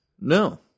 no